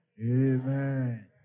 Amen